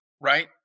right